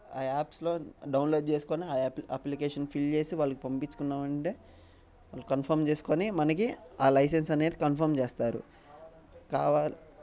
ఆ యాప్స్లో డౌన్లోడ్ చేసుకోని ఆ అప్లికేషన్ ఫిల్ చేసి వాళ్ళకి పంపించుకున్నాం అంటే వాళ్ళు కన్ఫామ్ చేసుకోని మనకి ఆ లైసెన్స్ అనేది కన్ఫామ్ చేస్తారు